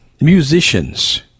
musicians